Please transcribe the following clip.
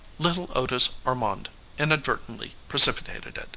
little otis ormonde inadvertently precipitated